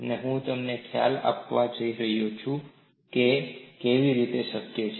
અને હું તમને ખ્યાલ આપવા જઇ રહ્યો છું કે આ કેવી રીતે શક્ય છે